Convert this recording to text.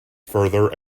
further